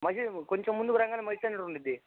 మసీదు కొంచెం ముందుకి రాగానే మసీదు సెంటర్ ఉంటుంది